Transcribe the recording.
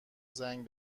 زنگ